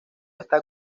está